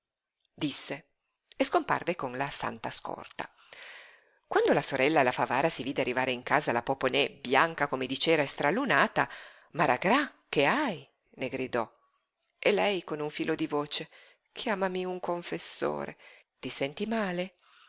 disse e scomparve con la santa scorta quando la sorella alla favara si vide arrivare in casa la poponè bianca come di cera e stralunata maragrà che hai le gridò e lei con un filo di voce chiamami un confessore ti senti male